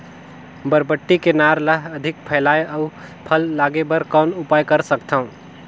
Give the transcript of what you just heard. बरबट्टी के नार ल अधिक फैलाय अउ फल लागे बर कौन उपाय कर सकथव?